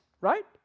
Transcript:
right